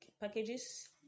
Packages